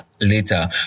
later